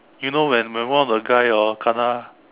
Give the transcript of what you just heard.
you know when when one of the guy orh kena